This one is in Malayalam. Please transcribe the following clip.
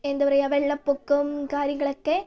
എന്താ പറയുക വെള്ളപ്പൊക്കം കാര്യങ്ങളൊക്കെ